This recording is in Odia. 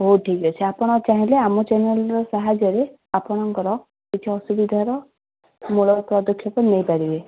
ହଉ ଠିକ୍ ଅଛି ଆପଣ ଚାହିଁଲେ ଆମ ଚ୍ୟାନେଲ୍ର ସାହାଯ୍ୟରେ ଆପଣଙ୍କର କିଛି ଅସୁବିଧାର ମୂଳ ପଦକ୍ଷେପ ନେଇପାରିବେ